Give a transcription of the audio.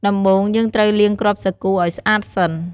ដំបូង យើងត្រូវលាងគ្រាប់សាគូឲ្យស្អាតសិន។